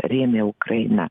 rėmė ukrainą